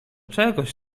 czegoś